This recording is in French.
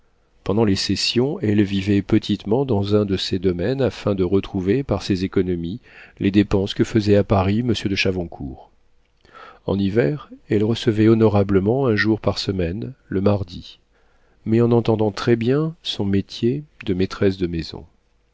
pendant les sessions elle vivait petitement dans un de ses domaines afin de retrouver par ses économies les dépenses que faisait à paris monsieur de chavoncourt en hiver elle recevait honorablement un jour par semaine le mardi mais en entendant très-bien son métier de maîtresse de maison